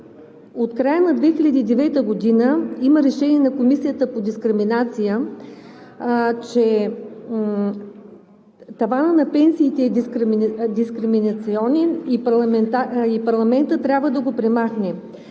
От края на 2009 г. има решение на Комисията по дискриминация, че таванът на пенсиите е дискриминационен и този таван трябваше да падне